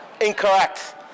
Incorrect